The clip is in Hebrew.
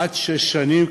עד שש שנים,